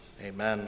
Amen